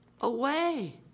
away